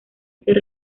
ser